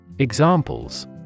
Examples